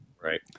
right